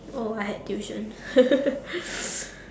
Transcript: oh I had tuition